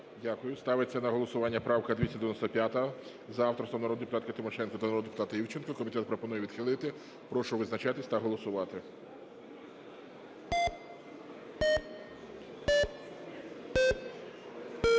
Дякую. Ставиться на голосування правка 295 за авторством народної депутатки Тимошенко та народного депутата Івченка. Комітет пропонує її відхилити. Прошу визначатися та голосувати.